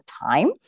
time